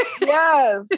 Yes